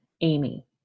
Amy